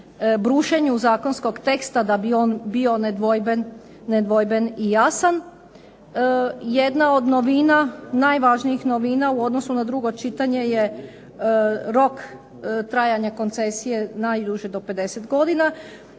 brušenju zakonskog teksta da bi on bio nedvojben i jasan jedna od novina, najvažnijih novina u odnosu na drugo čitanje je rok trajanja koncesije najduže do 50 godina